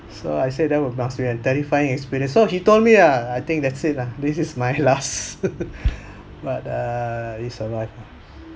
so I said that one must be a terrifying experience so he told me ah I think that's it lah this is my last but uh he survived